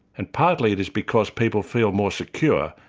and partly it is because people feel more secure,